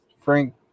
Frank